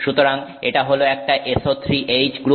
সুতরাং এটা হল একটা SO3H গ্রুপ